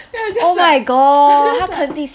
then I just like I just like